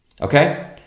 okay